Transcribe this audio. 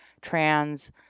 trans